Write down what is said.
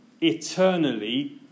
eternally